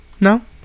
No